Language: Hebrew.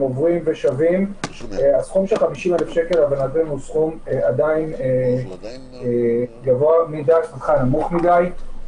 עוברים ושבים הסכום של 50 אלף שקל הוא סכום עדיין נמוך מדי,